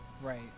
Right